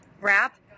wrap